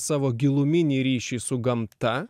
savo giluminį ryšį su gamta